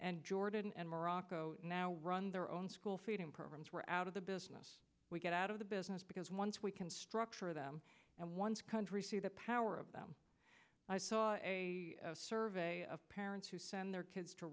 and jordan and morocco now run their own school feeding programs were out of the business we get out of the business because once we can structure them and once country see the power of them i saw a survey of parents who send their kids to